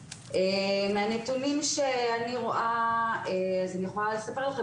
מהנתונים שאני רואה אני יכולה לספר לכם,